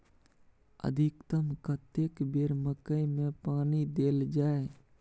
अधिकतम कतेक बेर मकई मे पानी देल जाय?